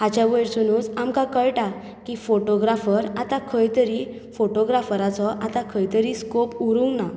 हाच्या वयरसुनूच आमकां कळटा की फोटोग्राफर आतां खंय तरी फोटोग्राफराचो आतां खंय तरी स्कोप उरूंक ना